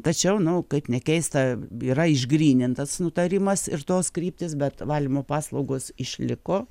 tačiau nu kaip nekeista yra išgrynintas nutarimas ir tos kryptys bet valymo paslaugos išliko